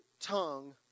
tongue